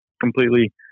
completely